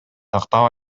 тактап